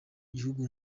gihugu